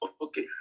okay